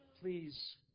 Please